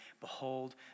Behold